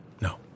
No